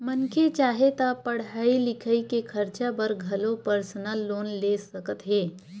मनखे चाहे ता पड़हई लिखई के खरचा बर घलो परसनल लोन ले सकत हे